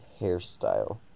hairstyle